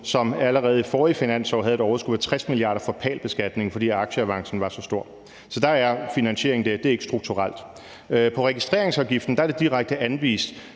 man allerede i forrige finansår havde et overskud på 60 mia. kr. for PAL-beskatning, fordi aktieavancen var så stor. Så der er finansiering der; det er ikke strukturelt. Hvad angår registreringsafgiften, er det direkte anvist,